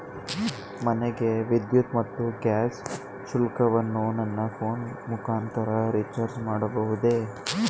ಮನೆಯ ವಿದ್ಯುತ್ ಮತ್ತು ಗ್ಯಾಸ್ ಶುಲ್ಕವನ್ನು ನನ್ನ ಫೋನ್ ಮುಖಾಂತರ ರಿಚಾರ್ಜ್ ಮಾಡಬಹುದೇ?